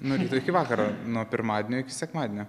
nuo ryto iki vakaro nuo pirmadienio iki sekmadienio